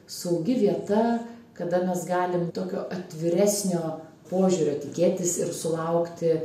saugi vieta kada mes galim tokio atviresnio požiūrio tikėtis ir sulaukti